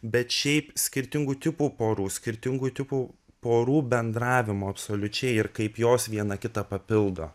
bet šiaip skirtingų tipų porų skirtingų tipų porų bendravimo absoliučiai ir kaip jos viena kitą papildo